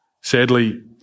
Sadly